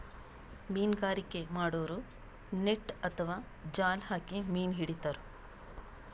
ಮೀನ್ಗಾರಿಕೆ ಮಾಡೋರು ನೆಟ್ಟ್ ಅಥವಾ ಜಾಲ್ ಹಾಕಿ ಮೀನ್ ಹಿಡಿತಾರ್